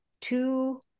two